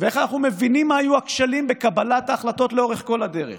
ואיך אנחנו מבינים מה היו הכשלים בקבלת ההחלטות לאורך כל הדרך.